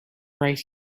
right